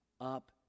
up